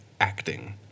acting